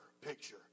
picture